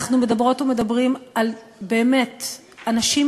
אנחנו מדברות ומדברים באמת על אנשים